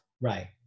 Right